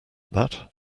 that